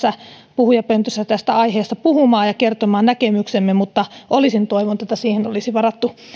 puhujapöntössä tästä aiheesta puhumaan ja kertomaan näkemyksemme mutta olisin toivonut että olisi varattu